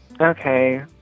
Okay